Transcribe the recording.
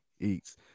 eats